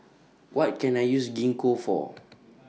What Can I use Gingko For